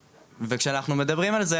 כשאנחנו מדברים על זה,